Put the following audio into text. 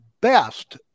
best